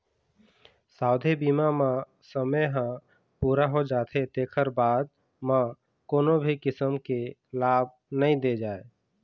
सावधि बीमा म समे ह पूरा हो जाथे तेखर बाद म कोनो भी किसम के लाभ नइ दे जाए